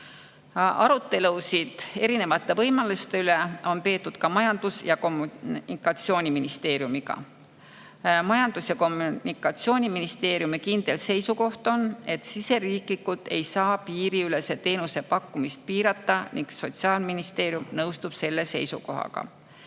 Arutelusid erinevate võimaluste üle on peetud ka Majandus‑ ja Kommunikatsiooniministeeriumiga. Majandus‑ ja Kommunikatsiooniministeeriumi kindel seisukoht on, et siseriiklikult ei saa piiriülese teenuse pakkumist piirata, ning Sotsiaalministeerium nõustub selle seisukohaga.